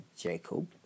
Jacob